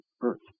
Earth